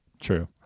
true